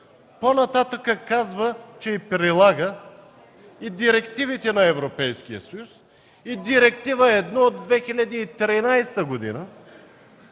По-нататък казва, че прилага и директивите на Европейския съюз и Директива 1 от 2013 г. за